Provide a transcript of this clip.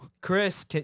Chris